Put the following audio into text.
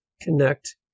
connect